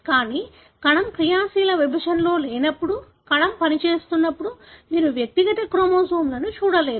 కానీ కణం క్రియాశీల విభజనలో లేనప్పుడు కణం పనిచేస్తున్నప్పుడు మీరు వ్యక్తిగత క్రోమోజోమ్లను చూడలేరు